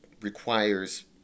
requires